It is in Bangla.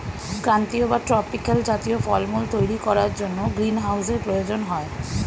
ক্রান্তীয় বা ট্রপিক্যাল জাতীয় ফলমূল তৈরি করার জন্য গ্রীনহাউসের প্রয়োজন হয়